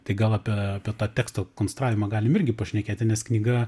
tai gal apie apie tą teksto konstravimą galim irgi pašnekėti nes knyga